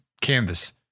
canvas